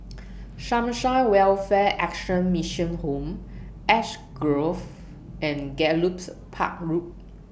Sunshine Welfare Action Mission Home Ash Grove and Gallops Park Road